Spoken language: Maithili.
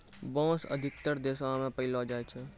बांस अधिकतर देशो म पयलो जाय छै